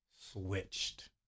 switched